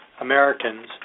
Americans